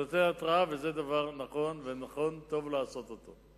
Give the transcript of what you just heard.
וזה דבר נכון וטוב לעשות אותו.